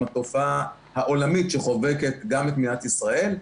עם התופעה העולמית שחובקת גם את מדינת ישראל,